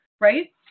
right